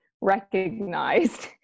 recognized